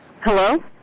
hello